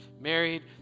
married